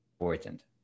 important